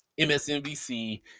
MSNBC